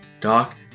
Doc